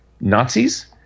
Nazis